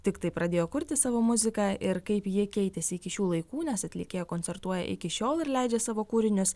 tiktai pradėjo kurti savo muziką ir kaip ji keitėsi iki šių laikų nes atlikėja koncertuoja iki šiol ir leidžia savo kūrinius